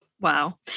Wow